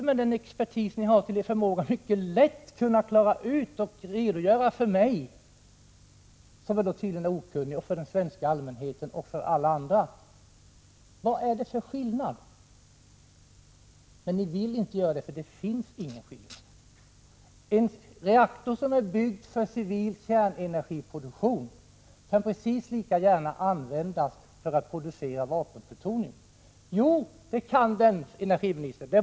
Med den expertis som ni har till förfogande måste ni mycket lätt kunna redogöra för mig, som tydligen är okunnig, för den svenska allmänheten och för alla andra vad som är skillnaden. Men ni vill inte gå in på den frågan, för det finns ingen sådan skillnad. En reaktor som är byggd för civil kärnenergiproduktion kan precis lika gärna användas för att producera vapenplutonium. — Jo, det kan den, energiministern.